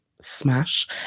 smash